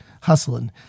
hustling